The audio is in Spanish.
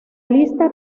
lista